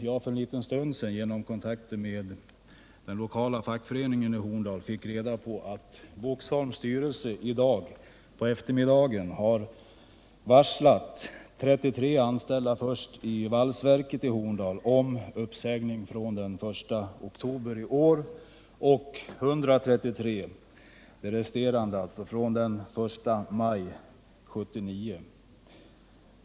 Men för en liten stund sedan fick jag genom kontakt med den lokala fackföreningen i Horndal reda på att Boxholms styrelse i dag på eftermiddagen varslat 33 anställda vid valsverket i Horndal om uppsägning från den 1 oktober 1978 och 133 anställda — de resterande — från den 1 maj 1979.